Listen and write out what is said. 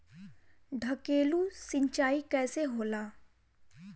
ढकेलु सिंचाई कैसे होला?